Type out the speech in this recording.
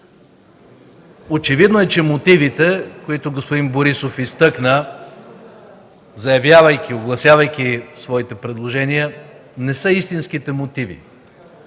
Очевидно е, че мотивите, които господин Борисов изтъкна, заявявайки, огласявайки своите предложения, не са истинските мотиви,